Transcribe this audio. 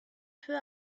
peu